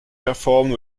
performed